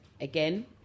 Again